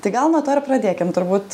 tai gal nuo to ir pradėkim turbūt